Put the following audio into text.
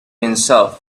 himself